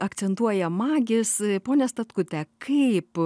akcentuoja magis pone statkute kaip